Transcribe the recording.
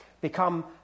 become